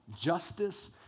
justice